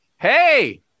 Hey